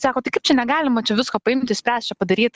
sako tai kaip čia negalima čia visko paimt išspręst čia padaryt